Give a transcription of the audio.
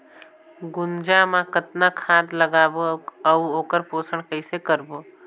गुनजा मा कतना खाद लगाबो अउ आऊ ओकर पोषण कइसे करबो?